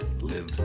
Live